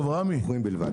אנחנו מוכרים בלבד.